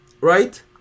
right